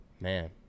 man